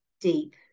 deep